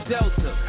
Delta